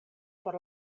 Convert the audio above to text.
por